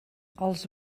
els